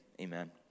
amen